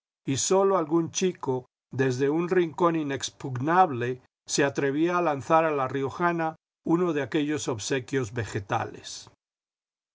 y sólo algún chico desde un rincón inexpugnable se atrevía a lanzar a la riojana uno de aquellos obsequios vegetales